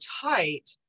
tight